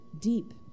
deep